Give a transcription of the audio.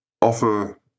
offer